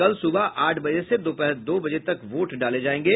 कल सुबह आठ बजे से दोपहर दो बजे तक वोट डाले जायेंगे